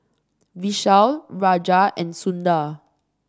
Vishal Raja and Sundar